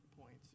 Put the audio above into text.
points